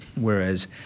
whereas